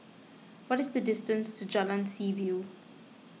what is the distance to Jalan Seaview